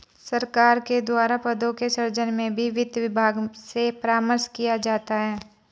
सरकार के द्वारा पदों के सृजन में भी वित्त विभाग से परामर्श किया जाता है